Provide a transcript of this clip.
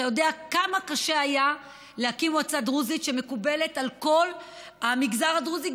אתה יודע כמה קשה היה להקים מועצה דרוזית שמקובלת על כל המגזר הדרוזי,